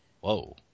whoa